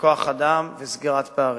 בכוח-אדם וסגירת פערים.